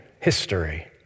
history